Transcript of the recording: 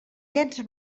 llenç